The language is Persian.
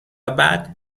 بعد